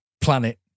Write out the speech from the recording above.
planet